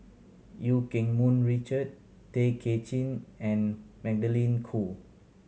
Eu Keng Mun Richard Tay Kay Chin and Magdalene Khoo